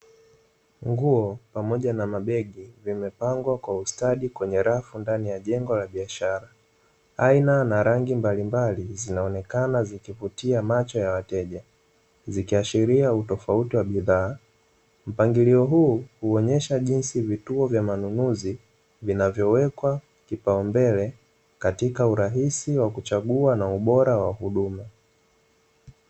Nguo pamoja na mabegi, zimepangwa kwa ustadi kwenye rafu ndani ya jengo la biashara, aina na rangi mbalimbal,i zinaonekana zikivutia macho ya wateja, zikiashiria utofauti wa bidhaa. Mpangilio huu huonyesha jinsi vituo vya manunuzi vinavyowekwa kipao mbele katika urahisi wa kuchagua na ubora wa kudumu.